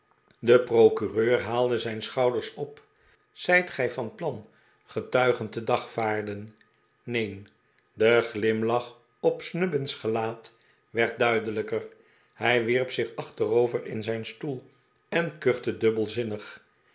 de procureur haalde zijn schouders op zijt gij van plan getuigen te dagvaarden neen de glimlach op snubbin's gelaat werd duidelijker hij wierp zich achterover in zijn stoel en kuchte dubbelzinnig